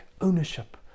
ownership